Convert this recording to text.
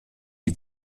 die